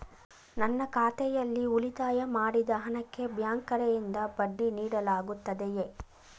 ನನ್ನ ಖಾತೆಯಲ್ಲಿ ಉಳಿತಾಯ ಮಾಡಿದ ಹಣಕ್ಕೆ ಬ್ಯಾಂಕ್ ಕಡೆಯಿಂದ ಬಡ್ಡಿ ನೀಡಲಾಗುತ್ತದೆಯೇ?